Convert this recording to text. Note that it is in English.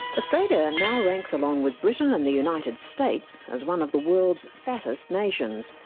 australia now ranks along with britain and the united states as one of the world's fattest nations,